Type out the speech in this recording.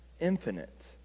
infinite